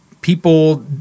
people